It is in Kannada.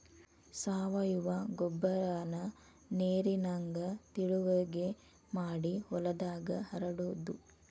ಸಾವಯುವ ಗೊಬ್ಬರಾನ ನೇರಿನಂಗ ತಿಳುವಗೆ ಮಾಡಿ ಹೊಲದಾಗ ಹರಡುದು